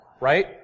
right